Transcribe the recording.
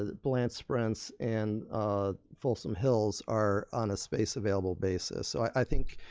ah blanche sprentz and folsom hills are on a space available basis. so i think,